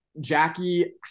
jackie